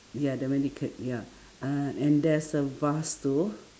ya the medical ya uhh and there's a vase too